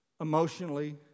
emotionally